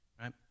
right